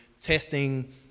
testing